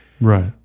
Right